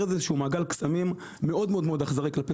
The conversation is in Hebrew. איזה שהוא מעגל קסמים מאוד מאוד אכזרי כלפי